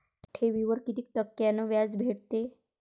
ठेवीवर कितीक टक्क्यान व्याज भेटते?